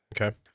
Okay